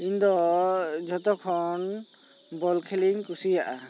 ᱤᱧ ᱫᱚᱼᱚ ᱡᱷᱚᱛᱚ ᱠᱷᱚᱱ ᱵᱚᱞ ᱠᱷᱮᱞ ᱤᱧ ᱠᱩᱥᱤᱭᱟᱜ ᱟ